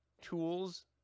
tools